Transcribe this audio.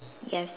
yes